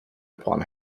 upon